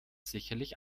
sicherlich